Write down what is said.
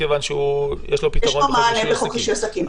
מכיוון שיש לו פתרון בחוק רישוי עסקים.